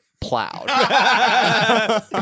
plowed